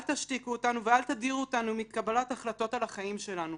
אל תשתיקו אותנו ואל תדירו אותנו מקבלת החלטות על החיים שלנו.